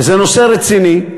וזה נושא רציני,